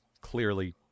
clearly